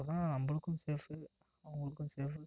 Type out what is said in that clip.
அப்போ தான் நம்பளுக்கும் சேஃப்பு அவங்களுக்கும் சேஃப்பு